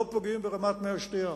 לא פוגעים ברמת מי השתייה.